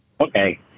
Okay